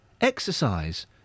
exercise